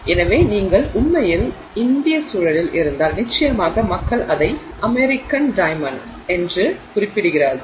எனவே நீங்கள் உண்மையில் இந்திய சூழலில் இருந்தால் நிச்சயமாக மக்கள் அதை அமெரிக்கன் டைமென்ட் என்று குறிப்பிடுகிறார்கள்